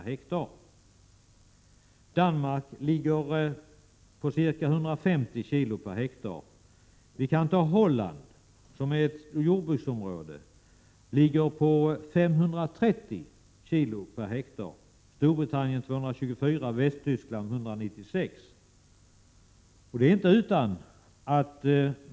Danmark ligger på ca 150, Holland på. 530, Storbritannien på 224 och Västtyskland på 196 kg/ha.